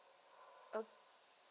oh